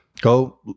Go